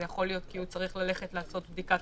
זה יכול להיות כי הוא צריך ללכת לעשות בדיקת